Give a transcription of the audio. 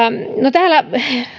täällä